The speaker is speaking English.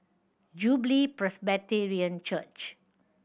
Jubilee Presbyterian Church